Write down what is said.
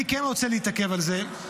אני כן רוצה להתעכב על זה,